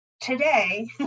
today